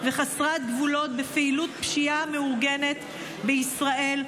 וחסרת גבולות בפעילות הפשיעה המאורגנת בישראל,